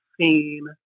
scene